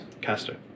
caster